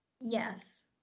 Yes